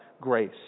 grace